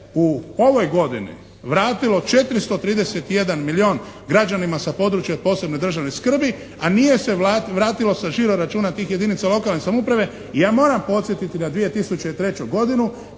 u ovoj godini vratilo 431 milijun građanima sa područja od posebne državne skrbi a nije se vratilo sa žiro računa tih jedinica lokalne samouprave. Ja moram podsjetiti na 2003. godinu